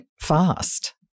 fast